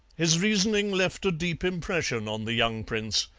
his reasoning left a deep impression on the young prince,